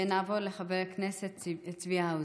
נעבור לחבר הכנסת צבי האוזר,